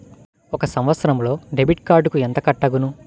ఒక సంవత్సరంలో డెబిట్ కార్డుకు ఎంత కట్ అగును?